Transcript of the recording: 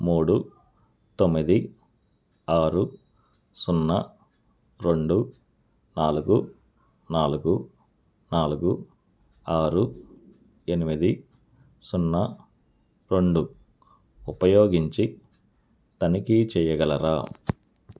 మూడు తొమ్మిది ఆరు సున్నా రెండు నాలుగు నాలుగు నాలుగు ఆరు ఎనిమిది సున్నా రెండు ఉపయోగించి తనిఖీ చేయగలరా